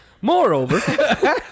Moreover